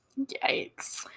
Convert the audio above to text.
Yikes